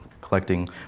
collecting